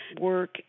work